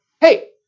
hey